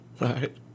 Right